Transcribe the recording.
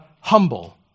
humble